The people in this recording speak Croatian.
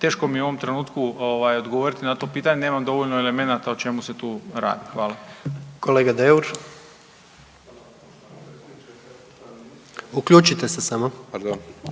teško mi je u ovom trenutku odgovoriti na to pitanje, nemam dovoljno elemenata o čemu se tu radi. Hvala. **Jandroković, Gordan